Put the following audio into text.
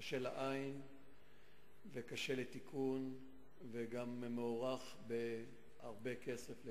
קשה לעין וקשה לתיקון וגם מוערך בהרבה כסף,